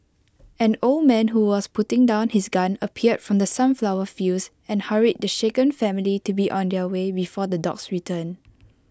an old man who was putting down his gun appeared from the sunflower fields and hurried the shaken family to be on their way before the dogs return